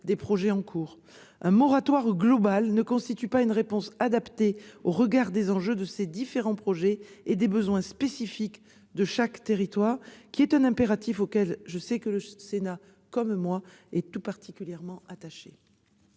des projets en cours. Un moratoire global ne constitue pas une réponse adaptée au regard des enjeux de ces différents projets et des besoins spécifiques de chaque territoire, autant d'impératifs auxquels je sais le Sénat, comme moi, très attaché.